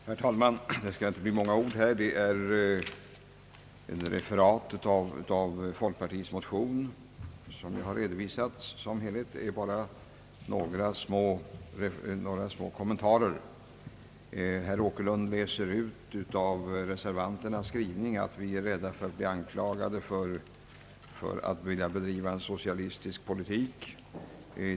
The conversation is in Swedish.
Herr talman! Jag skall inte säga många ord — det som sagts här är till större delen ett referat av folkpartiets motion — utan nöja mig med några små kommentarer. Herr Åkerlund utläser av reservanternas skrivning att vi är rädda att bli anklagade för att vilja bedriva en socialistisk politik.